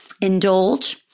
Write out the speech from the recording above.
indulge